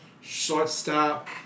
shortstop